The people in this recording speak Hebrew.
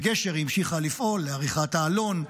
בגשר היא המשיכה לפעול לעריכת העלון,